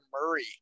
murray